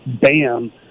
bam